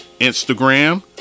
Instagram